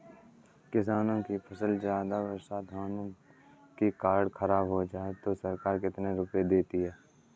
किसानों की फसल ज्यादा बरसात होने के कारण खराब हो जाए तो सरकार कितने रुपये देती है?